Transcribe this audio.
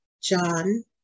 John